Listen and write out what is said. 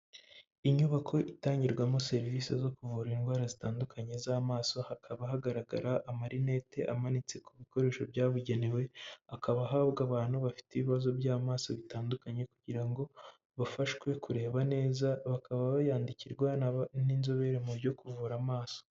Inyubako itangirwamo serivisi zo kuvura indwara zitandukanye z'amaso. Hakaba hagaragara amarineti amanitse ku bikoresho byabugenewe, akaba ahabwa abantu bafite ibibazo by'amaso bitandukanye, kugira ngo bafashwe kureba neza bakaba bayandikirwa n'inzobere mu byo kuvura amaso.